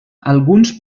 alguns